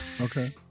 okay